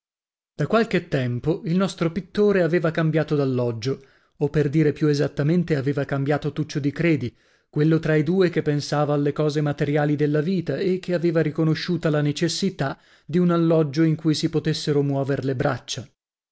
da qualche tempo il nostro pittore aveva cambiato d'alloggio o per dire più esattamente aveva cambiato tuccio di credi quello tra i due che pensava alle cose materiali della vita e che aveva riconosciuta la necessità di un alloggio in cui si potessero muover le braccia